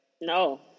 no